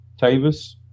Tavis